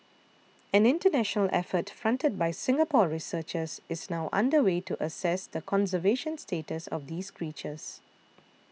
an international effort fronted by Singapore researchers is now under way to assess the conservation status of these creatures